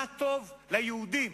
מה טוב ליהודים,